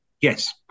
Yes